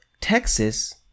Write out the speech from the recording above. Texas